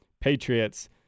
Patriots